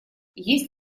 есть